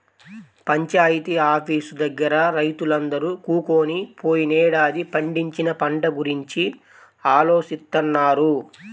panchayat office దగ్గర రైతులందరూ కూకొని పోయినేడాది పండించిన పంట గురించి ఆలోచిత్తన్నారు